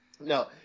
no